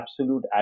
absolute